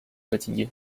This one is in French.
fatigué